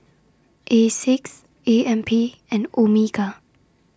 Asics A M P and Omega